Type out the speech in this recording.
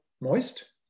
moist